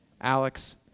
Alex